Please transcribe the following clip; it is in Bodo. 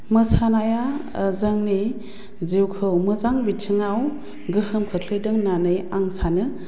मोसानाया जोंनि जिउखौ मोजां बिथिङाव गोहोम खोख्लैदों होन्नानै आं सानो